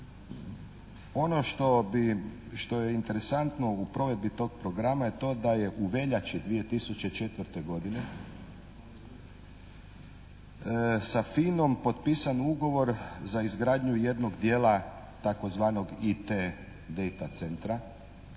bi, što je interesantno u provedbi tog programa je to da je u veljači 2004. godine sa FINA-om potpisan ugovor za izgradnju jednog dijela tzv. IT DATA Centra,